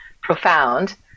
profound